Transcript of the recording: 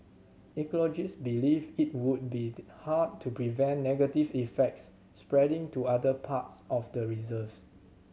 ecologists believe it would be hard to prevent negative effects spreading to other parts of the reserve